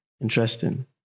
interesting